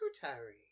secretary